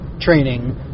training